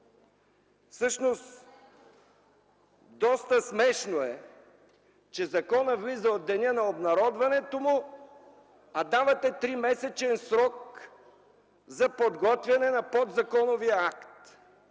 Всъщност, доста смешно е, че законът влиза в сила от деня на обнародването му, а давате тримесечен срок за подготвяне на подзаконовия акт